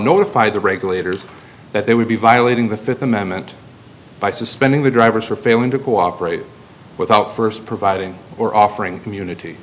notify the regulators that they would be violating the fifth amendment by suspending the drivers for failing to cooperate without first providing or offering community